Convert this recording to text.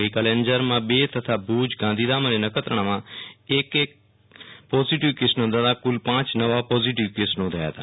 ગઈકાલે અંજારમાં બે તથા ભુજ ગાંધીધામ અને નખત્રાણામાં એક એક કેસ નોંધાતા કુલ પાંચ નવા પોઝીટીવ કેસ નોંધાયા હતા